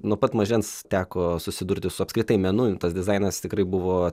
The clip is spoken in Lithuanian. nuo pat mažens teko susidurti su apskritai menu tas dizainas tikrai buvo